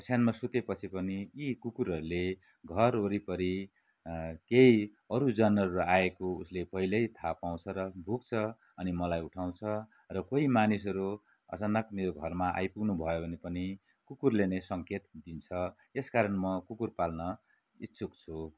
ओछ्यानमा सुतेपछि पनि यी कुकुरहरूले घर वरिपरि केही अरू जनावरहरू आएको उसले पहिल्यै थाहा पाउँछ र भुक्छ अनि मलाई उठाउँछ र कोही मानिसहरू अचानक मेरो घरमा आइपुग्नु भयो भने पनि कुकुरले नै सङ्केत दिन्छ यस कारण म कुकुर पाल्न इच्छुक छु